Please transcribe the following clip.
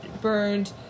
burned